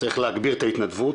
צריך להגביר את ההתנדבות,